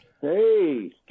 Hey